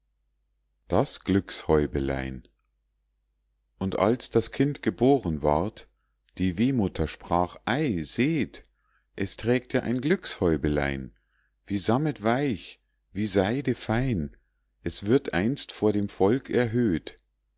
das glückshäubelein und als das kind geboren ward die wehmutter sprach ei seht es trägt ja ein glückshäubelein wie sammet weich wie seide fein es wird einst vor dem volk erhöht